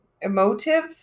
emotive